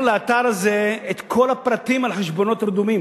לאתר הזה את כל הפרטים על חשבונות רדומים.